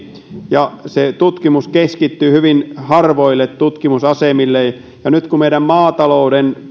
ja se tutkimus keskittyy hyvin harvoille tutkimusasemille kun meidän maataloudessa varsinkin